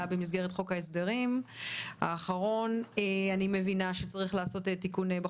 במסגרת חוק ההסדרים האחרון אני מבינה שצריך לעשות תיקון.